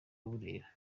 burera